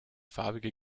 farbige